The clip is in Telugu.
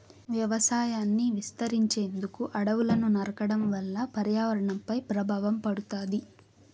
వ్యవసాయాన్ని విస్తరించేందుకు అడవులను నరకడం వల్ల పర్యావరణంపై ప్రభావం పడుతాది